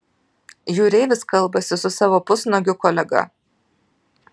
jūreivis kalbasi su savo pusnuogiu kolega